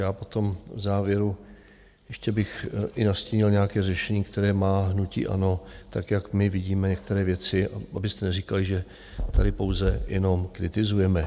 Já potom v závěru ještě bych i nastínil nějaké řešení, které má hnutí ANO, tak jak my vidíme některé věci, abyste neříkali, že tady pouze jenom kritizujeme.